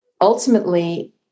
ultimately